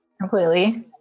completely